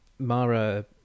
mara